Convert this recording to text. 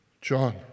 John